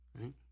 right